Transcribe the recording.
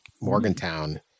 Morgantown